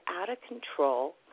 out-of-control